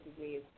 disease